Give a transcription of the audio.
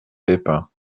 peipin